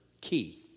key